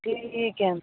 ठीक हय